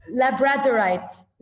labradorite